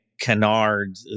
canard